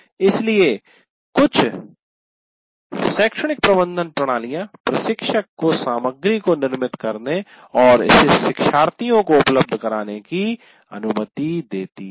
इसलिए कुछ शैक्षणिक प्रबंधन प्रणालियाँ प्रशिक्षक को सामग्री को निर्मित करने और इसे शिक्षार्थियों को उपलब्ध कराने की अनुमति देती हैं